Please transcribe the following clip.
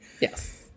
Yes